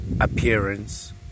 appearance